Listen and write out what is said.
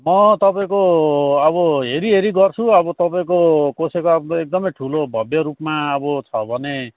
म तपाईँको अब हेरिहेरि गर्छु अब तपाईँको कसैको अब एकदमै ठुलो भव्य रूपमा अब छ भने